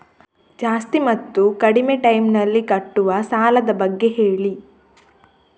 ಜಾಸ್ತಿ ಮತ್ತು ಕಡಿಮೆ ಟೈಮ್ ನಲ್ಲಿ ಕಟ್ಟುವ ಸಾಲದ ಬಗ್ಗೆ ಹೇಳಿ